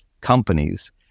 companies